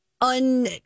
un-